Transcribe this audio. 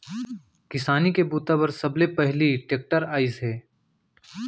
किसानी के बूता बर सबले पहिली टेक्टर आइस हे